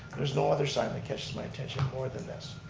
there's no other sign that catches my attention more than this.